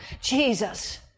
Jesus